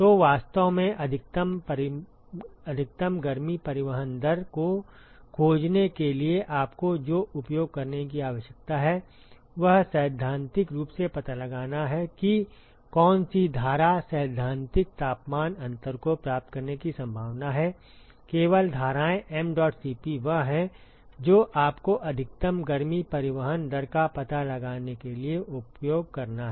तो वास्तव में अधिकतम गर्मी परिवहन दर को खोजने के लिए आपको जो उपयोग करने की आवश्यकता है वह सैद्धांतिक रूप से पता लगाना है कि कौन सी धारा सैद्धांतिक तापमान अंतर को प्राप्त करने की संभावना है केवल धाराएं mdot Cp वह है जो आपको अधिकतम गर्मी परिवहन दर का पता लगाने के लिए उपयोग करना है